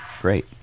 great